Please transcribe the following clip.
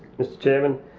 mr chairman.